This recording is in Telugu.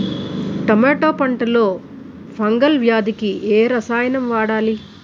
టమాటా పంట లో ఫంగల్ వ్యాధికి ఏ రసాయనం వాడాలి?